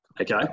okay